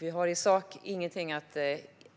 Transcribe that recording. Vi har i sak inget att